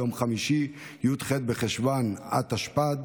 יום חמישי י"ח בחשוון התשפ"ד,